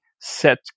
set